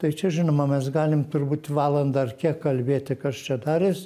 tai čia žinoma mes galim turbūt valandą ar kiek kalbėti kas čia darės